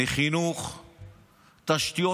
חינוך, תשתיות.